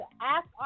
ask